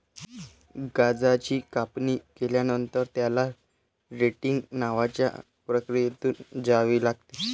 गांजाची कापणी केल्यानंतर, त्याला रेटिंग नावाच्या प्रक्रियेतून जावे लागते